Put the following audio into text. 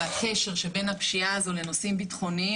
ולקשר שבין הפשיעה הזו לנושאים ביטחוניים